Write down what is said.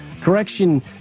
correction